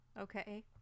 Okay